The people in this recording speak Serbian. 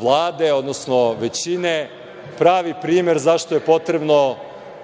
Vlade, odnosno većine, pravi primer zašto je potrebno